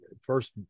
first